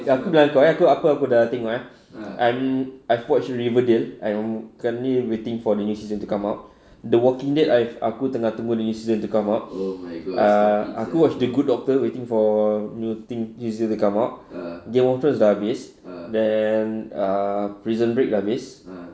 aku bilang kau eh apa aku dah tengok eh I'm I've watched riverdale I'm currently waiting for the new season to come out the walking dead I've aku tengah tunggu dia nya season to come out ah aku watch the good doctor waiting for new season to come out game of thrones dah habis then ah prison break dah habis